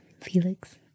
Felix